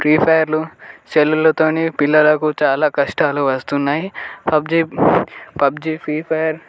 free ఫైర్లు సెల్లులతో పిల్లలకు చాలా కష్టాలు వస్తున్నాయి పబ్జి పబ్జి ఫ్రీ ఫైర్